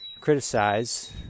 criticize